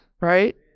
right